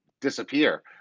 Disappear